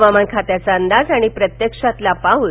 हवामान खात्याचा अंदाज आणि प्रत्यक्षातला पाऊस